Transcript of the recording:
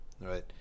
right